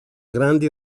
grandi